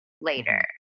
later